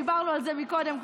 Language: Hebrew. דיברנו על זה קודם,